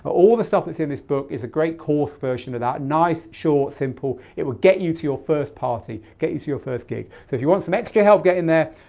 all the stuff that's in this book is a great course version of that nice, short, simple. it will get you to your first party, get you to your first gig. so if you want some extra help getting there,